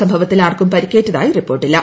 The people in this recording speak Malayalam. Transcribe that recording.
സംഭവത്തിൽ ആർക്കും പരിക്കേറ്റതായി റിപ്പോർട്ട് ഇല്ല